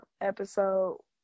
episode